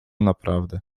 naprawdę